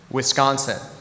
Wisconsin